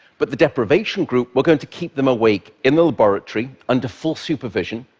but the deprivation group, we're going to keep them awake in the laboratory, under full supervision.